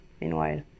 meanwhile